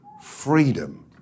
Freedom